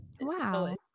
Wow